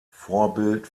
vorbild